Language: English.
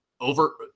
over